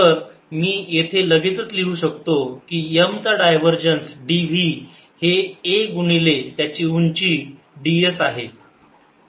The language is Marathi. तर मी येथे लगेचच लिहू शकतो की M चा डायव्हरजन्स dv हे a गुणिले त्याची उंची ds आहे